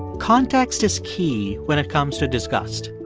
context is key when it comes to disgust.